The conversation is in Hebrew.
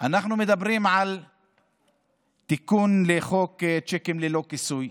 אנחנו מדברים על תיקון לחוק צ'קים ללא כיסוי.